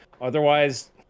Otherwise